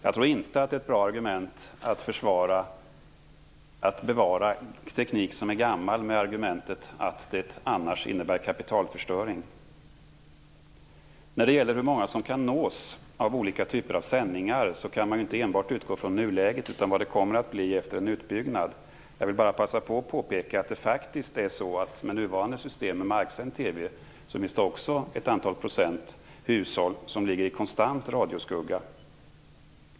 Jag tror inte att det är ett bra argument för att bevara gammal teknik att säga att det annars innebär kapitalförstöring. När det gäller frågan om hur många som kan nås av olika typer av sändningar kan man inte utgå enbart från nuläget. Man måste också se till hur det blir efter en utbyggnad. Med nuvarande system med marksänd TV finns det också ett antal procent hushåll som ligger i konstant radioskugga.